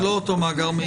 זה לא אותו מאגר מידע.